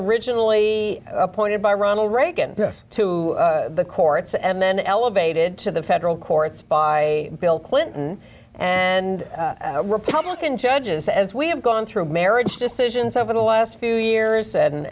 originally appointed by ronald reagan yes to the courts and then elevated to the federal courts by d bill clinton and republican judges as we have gone through marriage decisions over the last few years